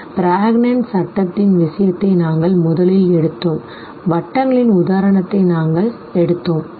Prägnanz சட்டத்தின் விஷயத்தை நாங்கள் முதலில் எடுத்தோம் வட்டங்களின் உதாரணத்தை நாங்கள் எடுத்தோம் சரி